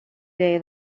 day